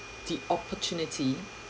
the opportunity